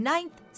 Ninth